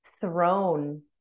thrown